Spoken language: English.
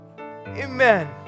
Amen